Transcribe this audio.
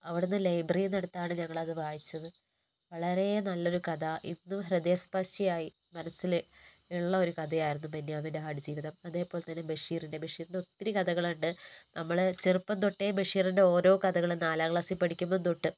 അവിടെ നിന്ന് ലൈബ്രറിയിൽ നിന്നു എടുത്താണ് ഞങ്ങളത് വായിച്ചത് വളരെ നല്ലൊരു കഥ ഇന്നും ഹൃദയസ്പർശിയായി മനസ്സിൽ ഉള്ളൊരു കഥയായിരുന്നു ബെന്യാമിൻ്റെ ആടുജീവിതം അതേപോലെത്തന്നെ ബഷീറിൻ്റെ ബഷീറിൻ്റെ ഒത്തിരി കഥകളുണ്ട് നമ്മൾ ചെറുപ്പം തൊട്ടേ ബഷീറിൻ്റെ ഓരോ കഥകളും നാലാം ക്ലാസ്സിൽ പഠിക്കുമ്പം തൊട്ട്